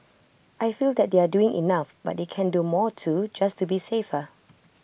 I feel that they are doing enough but they can do more too just to be safer